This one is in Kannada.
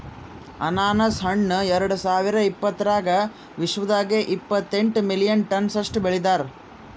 ಅನಾನಸ್ ಹಣ್ಣ ಎರಡು ಸಾವಿರ ಇಪ್ಪತ್ತರಾಗ ವಿಶ್ವದಾಗೆ ಇಪ್ಪತ್ತೆಂಟು ಮಿಲಿಯನ್ ಟನ್ಸ್ ಅಷ್ಟು ಬೆಳದಾರ್